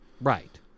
Right